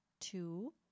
two